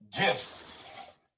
gifts